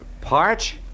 Parch